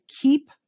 keep